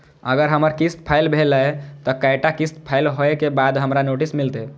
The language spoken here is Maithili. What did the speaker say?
अगर हमर किस्त फैल भेलय त कै टा किस्त फैल होय के बाद हमरा नोटिस मिलते?